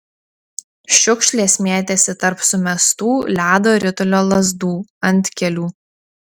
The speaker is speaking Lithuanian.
šiukšlės mėtėsi tarp sumestų ledo ritulio lazdų antkelių